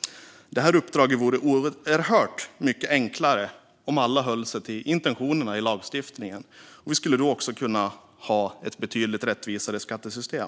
klipska upplägg. Det här uppdraget vore oerhört mycket enklare om alla höll sig till intentionerna i lagstiftningen. Då skulle vi också kunna ha ett betydligt rättvisare skattesystem.